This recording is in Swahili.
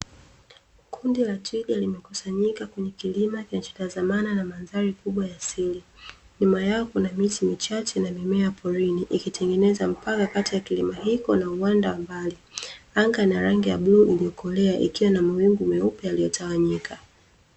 Kundi la twiga limekusanyika kwenye kilima kinachotazamana na mandhari kubwa ya siri, nyuma yao kuna miti michache na mimea ya porini ikitengeneza mpaka kati ya kilima hicho na uwanda wa mbali. Anga na rangi ya bluu iliyokolea, ikiwa na mawingu meupe yaliyotawanyika.